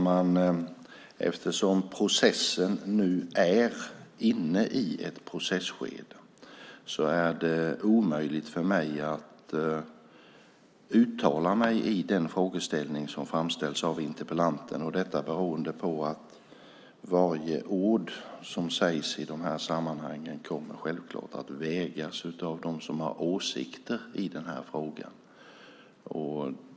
Herr talman! Processen är nu inne i ett skede där det är omöjligt för mig att uttala mig i den fråga som framställs av interpellanten. Det beror på att varje ord som sägs i de här sammanhangen självklart kommer att vägas av dem som har åsikter i frågan.